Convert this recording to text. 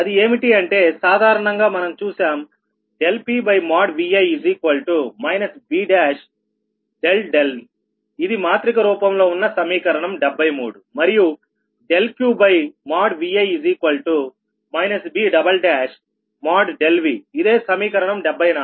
అది ఏమిటి అంటే సాధారణంగా మనం చూశాంPVi Bఇది మాత్రిక రూపంలో ఉన్న సమీకరణం 73 మరియు QVi B|ΔV|ఇదే సమీకరణం 74